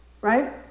right